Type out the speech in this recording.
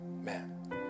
Man